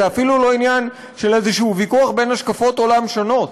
זה אפילו לא עניין של איזשהו ויכוח בין השקפות עולם שונות.